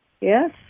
Yes